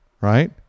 right